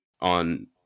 on